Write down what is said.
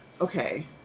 okay